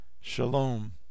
shalom